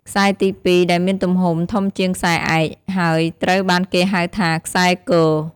ខ្សែទី ២ ដែលមានទំហំ ធំជាងខ្សែឯក ហើយត្រូវបានគេហៅថា ខ្សែគ។